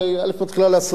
מתחילה להסריח, ב.